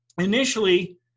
initially